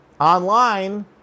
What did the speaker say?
Online